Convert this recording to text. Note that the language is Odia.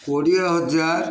କୋଡ଼ିଏ ହଜାର